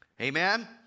Amen